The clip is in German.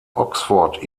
oxford